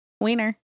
Wiener